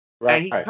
Right